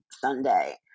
Sunday